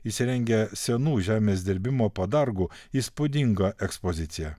įsirengę senų žemės dirbimo padargų įspūdingą ekspoziciją